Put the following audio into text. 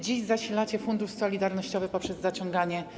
Dziś zasilacie Fundusz Solidarnościowy poprzez zaciąganie